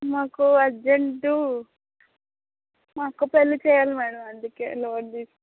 మాకు అర్జెంటు మా అక్క పెళ్ళి చెయ్యాలి మేడం అందుకే లోన్ తీసుకుం